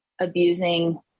abusing